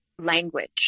language